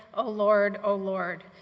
ah lord, oh, lord.